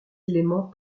éléments